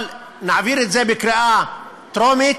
אבל נעביר את זה בקריאה טרומית,